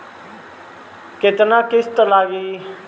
केतना किस्त लागी?